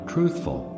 Truthful